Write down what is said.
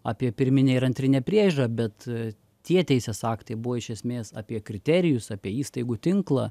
apie pirminę ir antrinę priežiūrą bet tie teisės aktai buvo iš esmės apie kriterijus apie įstaigų tinklą